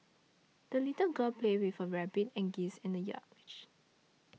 the little girl played with her rabbit and geese in the yard